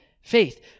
faith